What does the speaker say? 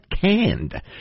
canned